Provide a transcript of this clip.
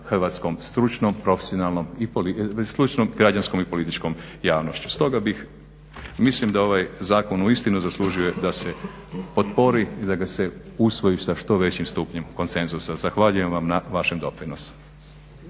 hrvatskom stručnom, profesionalnom i političkom, stručnom, građanskom i političkom javnošću. Stoga bih, mislim da ovaj zakon uistinu zaslužuje da se potpori i da ga se usvoji sa što većim stupnjem konsenzusa. Zahvaljujem vam na vašem doprinosu.